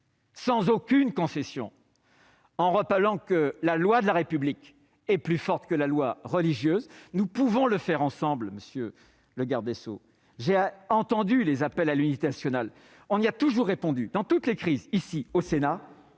sans aucune concession, en rappelant que la loi de la République est plus forte que la loi religieuse. Nous pouvons le faire ensemble, monsieur le garde des sceaux. J'ai entendu les appels à l'unité nationale : ici, au Sénat, nous y avons toujours répondu, dans toutes les crises. Mais vous